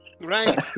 Right